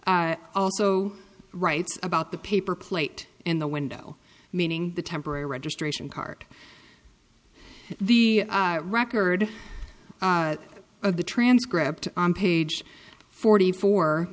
j also writes about the paper plate in the window meaning the temporary registration card the record of the transcript on page forty four